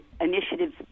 initiatives